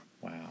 wow